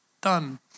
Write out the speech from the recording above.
done